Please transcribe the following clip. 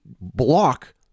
block